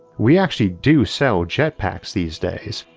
we actually do sell jetpacks these days,